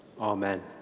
Amen